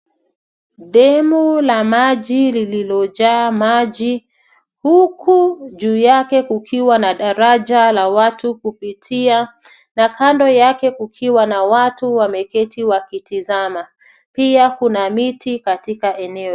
Demu la maji lililojaa maji huku juu yake kukiwa na daraja la watu kupitia, na kando yake kukiwa na watu wameketi wakitazama. Pia kuna miti katika eneo hili.